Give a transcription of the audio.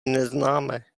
neznáme